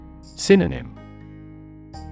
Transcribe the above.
Synonym